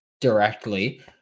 directly